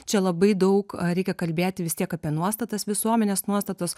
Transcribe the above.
čia labai daug reikia kalbėti vis tiek apie nuostatas visuomenės nuostatas